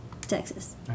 texas